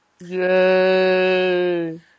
Yay